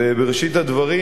ובראשית הדברים,